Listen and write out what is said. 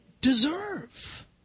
deserve